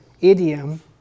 idiom